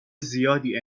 زیادی